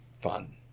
fun